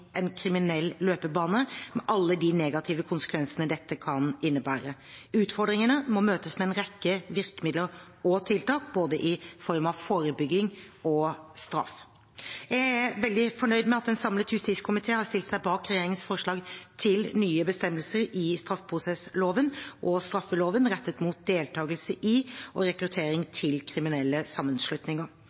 en kriminell løpebane, med alle de negative konsekvensene dette kan innebære. Utfordringene må møtes med en rekke virkemidler og tiltak – i form av både forebygging og straff. Jeg er veldig fornøyd med at en samlet justiskomité har stilt seg bak regjeringens forslag til nye bestemmelser i straffeprosessloven og straffeloven, rettet mot deltakelse i og rekruttering til kriminelle sammenslutninger.